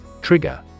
Trigger